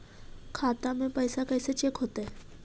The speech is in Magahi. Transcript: खाता में पैसा कैसे चेक हो तै?